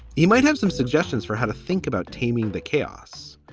he might have some suggestions for how to think about taming the chaos.